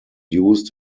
used